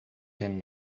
than